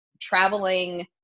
traveling